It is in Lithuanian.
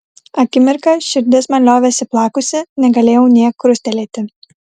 akimirką širdis man liovėsi plakusi negalėjau nė krustelėti